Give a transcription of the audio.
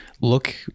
look